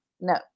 No